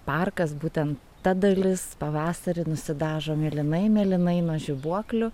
parkas būtent ta dalis pavasarį nusidažo mėlynai mėlynai nuo žibuoklių